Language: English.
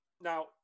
Now